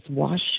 Wash